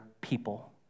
people